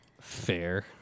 fair